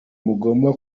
mugomba